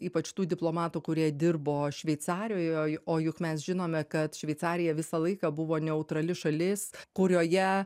ypač tų diplomatų kurie dirbo šveicarijoj o juk mes žinome kad šveicarija visą laiką buvo neutrali šalis kurioje